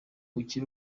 akiri